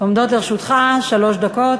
עומדות לרשותך שלוש דקות.